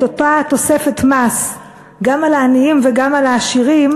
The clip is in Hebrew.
אותה תוספת מס גם על העניים וגם על העשירים,